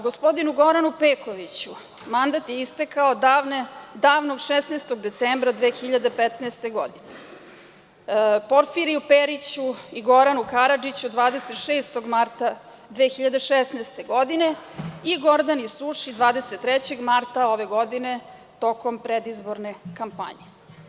Gospodinu Goranu Pekoviću mandat je istekao davnog 16. decembra 20115. godine, Porfiriju Periću i Goranu Karadžiću 26. marta 2016. godine i Gordani Suši 23. marta ove godine tokom predizborne kampanje.